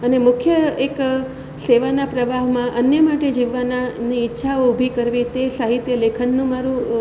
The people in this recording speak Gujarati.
અને મુખ્ય એક સેવાના પ્રવાહમાં અન્ય માટે જીવવાના ને ઈચ્છાઓ ઊભી કરવી તે સાહિત્ય લેખનનું મારું